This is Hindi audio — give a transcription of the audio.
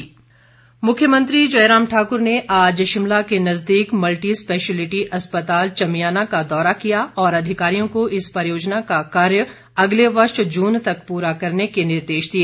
मुख्यमंत्री मुख्यमंत्री जयराम ठाकर ने आज शिमला के नजदीक मल्टी स्पेशियलिटी अस्पताल चमियाना का दौरा किया और अधिकारियों को इस परियोजना का कार्य अगले वर्ष जून तक पूरा करने के निर्देश दिए